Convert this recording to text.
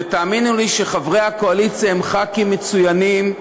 ותאמינו לי שחברי הקואליציה הם חברי כנסת מצוינים,